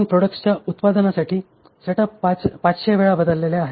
आपण प्रोडक्ट्सच्या उत्पादनासाठी सेटअप 500 वेळा बदललेले आहे